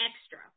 extra